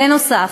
בנוסף,